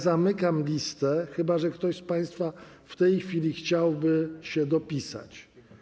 Zamykam listę, chyba że ktoś z państwa w tej chwili chciałby się dopisać.